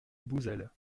bouzel